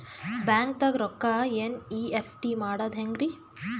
ಬ್ಯಾಂಕ್ದಾಗ ರೊಕ್ಕ ಎನ್.ಇ.ಎಫ್.ಟಿ ಮಾಡದ ಹೆಂಗ್ರಿ?